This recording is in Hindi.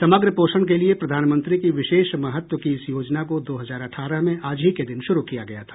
समग्र पोषण के लिए प्रधानमंत्री की विशेष महत्व की इस योजना को दो हजार अठारह में आज ही के दिन शुरू किया गया था